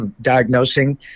diagnosing